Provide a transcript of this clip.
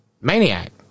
maniac